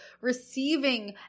receiving